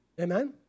Amen